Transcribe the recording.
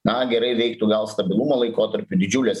na gerai veiktų gal stabilumo laikotarpiu didžiulės